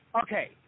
Okay